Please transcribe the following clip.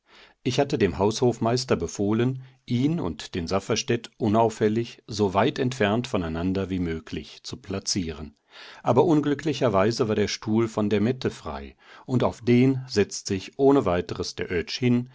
ich hatte dem haushofmeister befohlen ihn und den safferstätt unauffällig so weit entfernt voneinander wie möglich zu placieren aber unglücklicherweise war der stuhl von der mette frei und auf den setzt sich ohne weiteres der oetsch hin